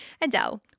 Adele